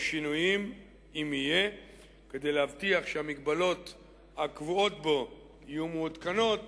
שינויים כדי להבטיח שהמגבלות הקבועות בו יהיו מעודכנות,